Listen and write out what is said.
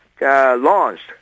Launched